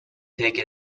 take